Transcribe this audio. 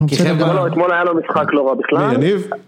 אמרנו אתמול היה לנו משחק לא רע בכלל. מנעניב.